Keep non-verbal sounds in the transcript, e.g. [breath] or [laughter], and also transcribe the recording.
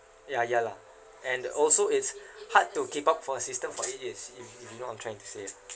ya ya lah and also it's [breath] hard to keep up for a system for eight years if you you know what I'm trying to say ah